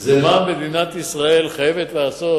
זה מה מדינת ישראל חייבת לעשות,